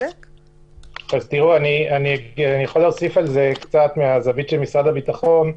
אני יכול להוסיף על זה קצת מהזווית של משרד הביטחון.